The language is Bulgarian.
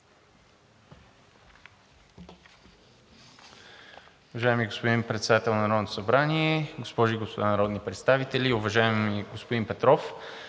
Уважаеми господин Председател на Народното събрание, уважаеми госпожи и господа народни представители! Уважаеми господин Кирилов,